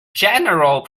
general